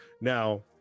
now